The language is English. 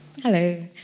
hello